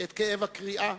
את כאב הקריעה,